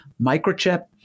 microchip